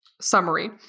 summary